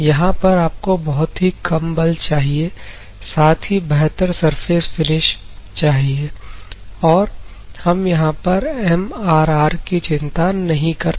यहां पर आपको बहुत ही कम बल चाहिए तथा साथ ही बेहतर सर्फेस फिनिश चाहिए और हम यहां पर MRR की चिंता नहीं करते